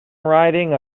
riding